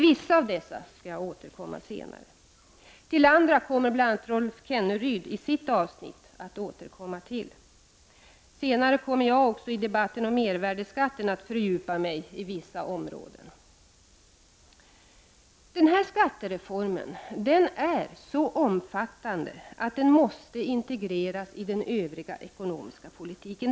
Jag skall återkomma senare till vissa av dessa argument. Bl.a. Rolf Kenneryd kommer att i sitt avsnitt kommentera övriga argument. Senare kommer jag också i debatten om mervärdeskatten att fördjupa mig i vissa områden. Den här skattereformen är så omfattande att den måste integreras i den övriga ekonomiska politiken.